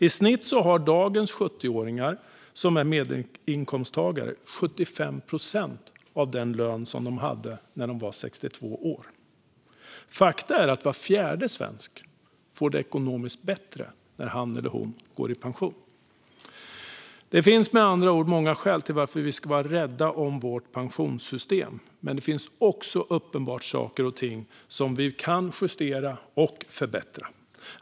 I snitt har dagens 70-åringar som är medelinkomsttagare 75 procent av den lön som de hade när de var 62 år. Fakta är att var fjärde svensk får det ekonomiskt bättre när han eller hon går i pension. Det finns med andra ord många skäl till att vi ska vara rädda om vårt pensionssystem, men det finns också uppenbart saker och ting som vi kan justera och förbättra.